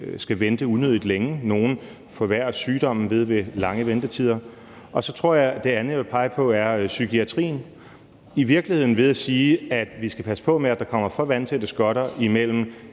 skal vente unødig længe; for nogle forværres sygdommen af lange ventetider. Og så tror jeg, at det andet, jeg vil pege på, er psykiatrien – i virkeligheden ved at sige, at vi skal passe på med, at der kommer for vandtætte skotter imellem